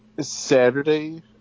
Saturday